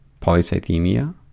polycythemia